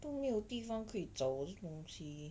都没有地方可以找我的东西